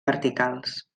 verticals